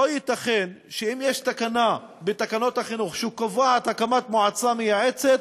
לא ייתכן שאם יש תקנה בתקנות החינוך שקובעת הקמת מועצה מייעצת,